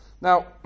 Now